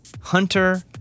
Hunter